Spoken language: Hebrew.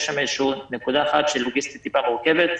יש שם איזו שהיא נקודה אחת לוגיסטית טיפה מורכבת,